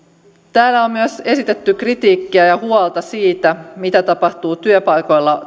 täällä on esitetty kritiikkiä ja huolta siitä mitä tapahtuu työpaikoilla